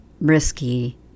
risky